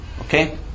Okay